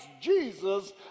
Jesus